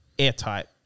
airtight